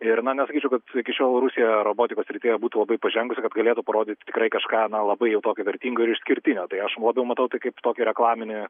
ir na nesakyčiau kad sakyčiau rusija robotikos srityje būtų labai pažengusi kad galėtų parodyt tikrai kažką na labai jau tokio vertingo ir išskirtinio tai aš labiau matau tai kaip kokį reklaminį